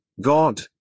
God